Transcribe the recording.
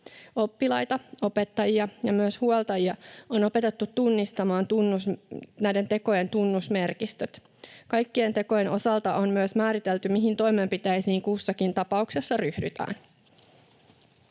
Oppilaita, opettajia ja myös huoltajia on opetettu tunnistamaan näiden tekojen tunnusmerkistöt. Kaikkien tekojen osalta on myös määritelty, mihin toimenpiteisiin kussakin tapauksessa ryhdytään.